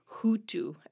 Hutu